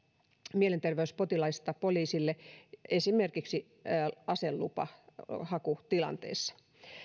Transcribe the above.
mielenterveyspotilaista poliisille esimerkiksi aselupahakutilanteessa